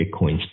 Bitcoin